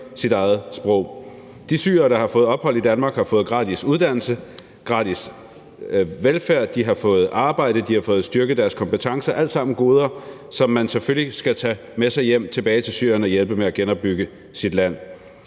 sit eget sprog. De syrere, der har fået ophold i Danmark, har fået gratis uddannelse, gratis velfærd, de har fået arbejde, de har fået styrket deres kompetencer – alt sammen goder, som man selvfølgelig skal tage med sig hjem tilbage til Syrien og bruge til at hjælpe med at genopbygge sit land.